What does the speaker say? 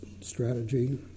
strategy